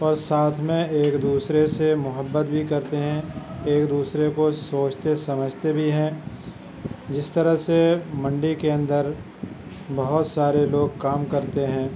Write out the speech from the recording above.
اور ساتھ میں ایک دوسرے سے محبت بھی کرتے ہیں ایک دوسرے کو سوچتے سمجھتے بھی ہیں جس طرح سے منڈی کے اندر بہت سارے لوگ کام کرتے ہیں